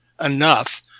enough